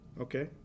okay